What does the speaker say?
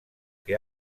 que